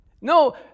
No